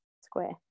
square